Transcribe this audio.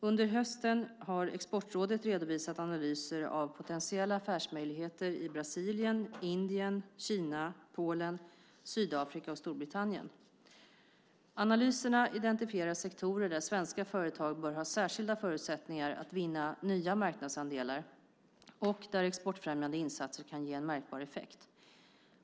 Under hösten har Exportrådet redovisat analyser av potentiella affärsmöjligheter i Brasilien, Indien, Kina, Polen, Sydafrika och Storbritannien. Analyserna identifierar sektorer där svenska företag bör ha särskilda förutsättningar att vinna nya marknadsandelar och där exportfrämjande insatser kan ge en märkbar effekt.